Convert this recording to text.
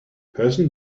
person